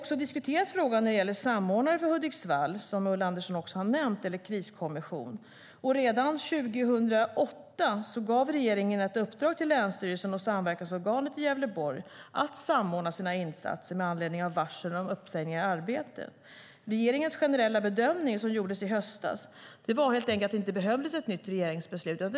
Vi har diskuterat frågan om samordnare för Hudiksvall, som Ulla Andersson har nämnt, eller kriskommission. Redan 2008 gav regeringen ett uppdrag till Länsstyrelsen och samverkansorganet i Gävleborg att samordna sina insatser med anledning av varsel om uppsägningar. Regeringens generella bedömning, som gjordes i höstas, var helt enkelt att det inte behövdes ett nytt regeringsbeslut.